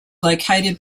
located